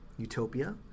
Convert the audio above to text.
Utopia